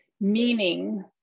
Meaning